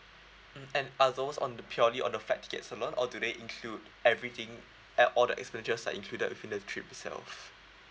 mm and are those on the purely on the flight tickets alone or do they include everything are all the expenditures are included within the trip itself